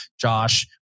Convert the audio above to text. Josh